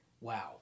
Wow